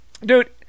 dude